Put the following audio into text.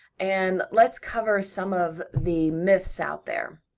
and let's cover some of the myths out there.